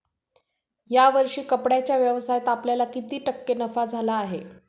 या वर्षी कपड्याच्या व्यवसायात आपल्याला किती टक्के नफा झाला आहे?